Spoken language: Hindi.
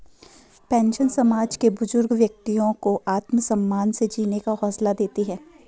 पेंशन समाज के बुजुर्ग व्यक्तियों को आत्मसम्मान से जीने का हौसला देती है